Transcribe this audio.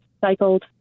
cycled